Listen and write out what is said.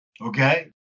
Okay